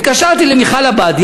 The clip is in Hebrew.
התקשרתי למיכל עבאדי,